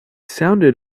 sounded